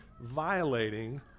violating